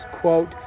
quote